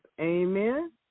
Amen